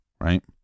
right